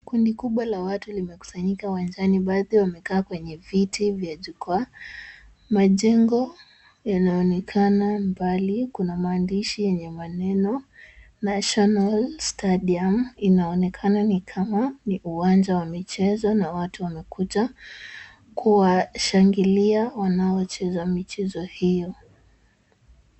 Kundi kubwa la watu limekusanyika uwanjani baadhi wamekaa kwenye viti vya jukwaa. Majengo yanaonekana mbali, kuna maandishi yenye maneno national stadium inaonekana ni kama ni uwanja wa michezo na watu wamekuja kuwashangilia wanaocheza michezo hiyo.